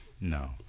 No